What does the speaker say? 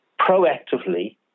proactively